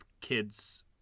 kids